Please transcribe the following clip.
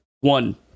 one